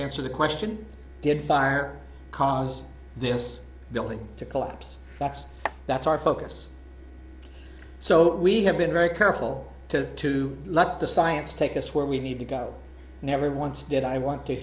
answer the question did fire cause this building to collapse that's that's our focus so we have been very careful to to let the science take us where we need to go and never once did i want to